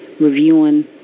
reviewing